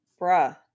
bruh